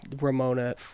Ramona